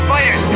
Fire